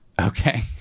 Okay